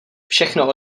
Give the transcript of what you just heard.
všechno